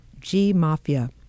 G-Mafia